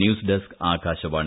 news desk Akashvani